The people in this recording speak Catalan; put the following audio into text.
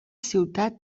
ciutat